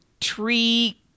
tree